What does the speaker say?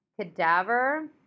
cadaver